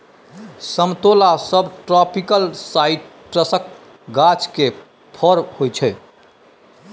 समतोला सबट्रापिकल साइट्रसक गाछ केर फर होइ छै